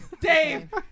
Dave